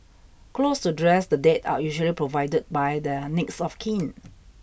clothes to dress the dead are usually provided by their next of kin